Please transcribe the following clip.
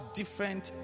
different